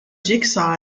jigsaw